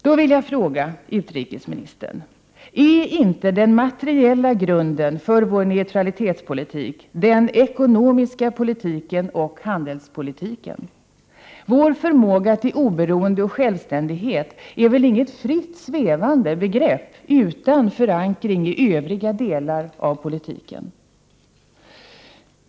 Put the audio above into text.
Då vill jag fråga utrikesministern: Är inte den materiella grunden för vår neutralitetspolitik den ekonomiska politiken och handelspolitiken? Vår förmåga till oberoende och självständighet är väl inget fritt svävande bergrepp utan förankring i övriga delar av politiken?